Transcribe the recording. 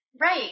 Right